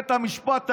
בית המשפט העליון,